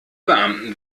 beamten